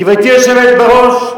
גברתי היושבת בראש,